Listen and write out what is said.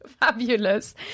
Fabulous